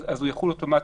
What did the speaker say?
אז הוא יחול אוטומטית.